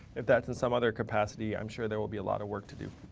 if that's in some other capacity, i'm sure there will be a lot of work to do.